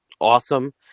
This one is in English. awesome